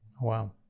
Wow